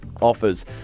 offers